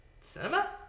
cinema